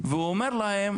ואומר להם,